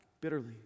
bitterly